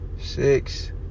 six